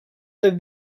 have